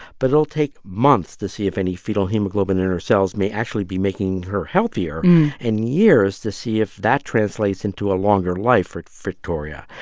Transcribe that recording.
but it'll take months to see if any fetal hemoglobin in her cells may actually be making her healthier and years to see if that translates into a longer life for victoria.